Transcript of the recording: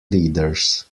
leaders